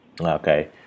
Okay